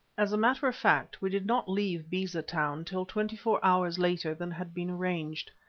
as a matter of fact we did not leave beza town till twenty-four hours later than had been arranged,